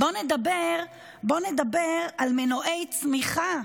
בואו נדבר על מנועי צמיחה.